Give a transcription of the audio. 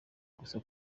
gusa